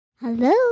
Hello